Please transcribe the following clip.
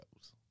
goes